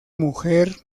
mujer